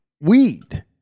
weed